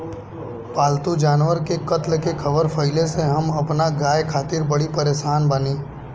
पाल्तु जानवर के कत्ल के ख़बर फैले से हम अपना गाय खातिर बड़ी परेशान बानी